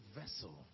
vessel